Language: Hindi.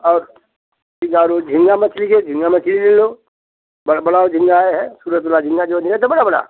और झींगा मछली है झींगा मछली ले लो बड़ा झींगा आए हैं छुरा छुरा झींगा जो है दे दें बड़ा बड़ा